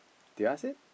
do you ask it